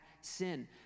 sin